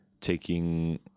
taking